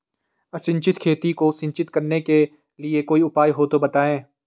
असिंचित खेती को सिंचित करने के लिए कोई उपाय हो तो बताएं?